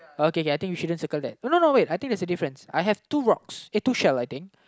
okay I think you shouldn't circle that no no no wait I think there's a difference I have two rocks eh two shell I think